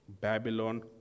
Babylon